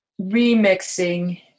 remixing